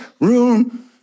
room